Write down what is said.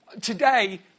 today